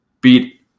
beat